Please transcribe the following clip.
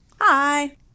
Hi